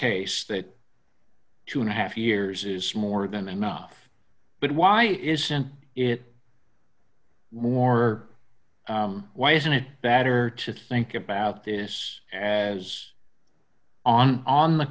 case that two and a half years is more than enough but why isn't it more why isn't it better to think about this as on on the